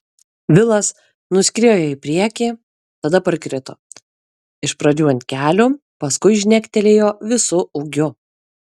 vilas nuskriejo į priekį tada parkrito iš pradžių ant kelių paskui žnektelėjo visu ūgiu